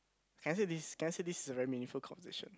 can I say this can I say this is a very meaningful conversation